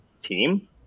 team